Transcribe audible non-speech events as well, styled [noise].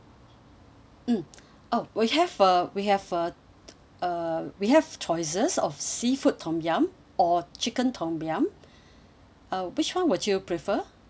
mm oh we have uh we have uh uh we have choices of seafood tom yum or chicken tom yum [breath] uh which one would you prefer